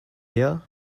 here